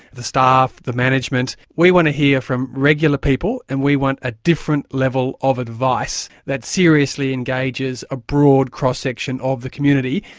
the staff, the management. we want to hear from regular people, and we want a different level of advice that seriously engages a broad cross-section of the community,